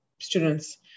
students